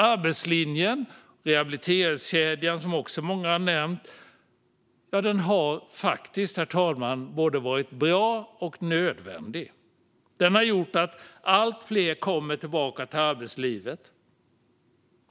Arbetslinjen och rehabiliteringskedjan, även det något som många har nämnt, har faktiskt både varit bra och nödvändig, herr talman, och gjort att allt fler kommer tillbaka till arbetslivet.